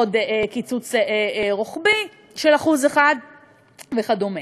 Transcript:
עוד קיצוץ רוחבי של 1% וכדומה.